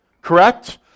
correct